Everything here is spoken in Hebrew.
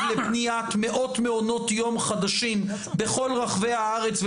לבניית מאות מעונות יום חדשים בכל רחבי הארץ,